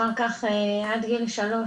אחר כך עד גיל שלוש